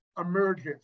emerges